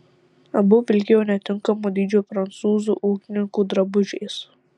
abu vilkėjo netinkamo dydžio prancūzų ūkininkų drabužiais